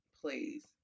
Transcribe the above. Please